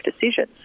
decisions